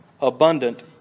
abundant